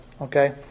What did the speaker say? Okay